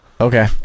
Okay